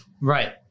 Right